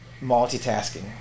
multitasking